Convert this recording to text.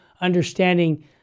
understanding